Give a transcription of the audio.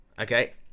okay